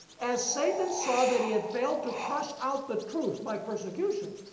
as satan saw that he had failed to crush out the truth by persecution,